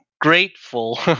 grateful